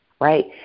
right